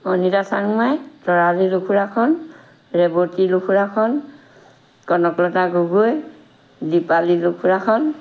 Anita Changma Tarali Lukurakhon Revati Lukurakhon Kanaklata Gogoi Dipali Lukurakhon